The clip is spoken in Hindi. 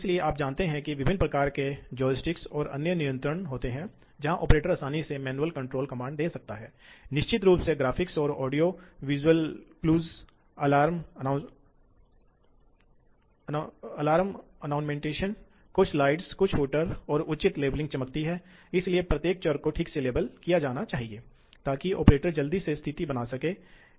इसी तरह विभिन्न वातावरण जिसमें प्रोग्राम डेवलपर को काम करना होता है जो कि चित्रमय हो सकता है या जिसे मेनू संचालित किया जा सकता है ये आज बहुत मानक चीजें हैं